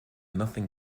nothing